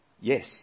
Yes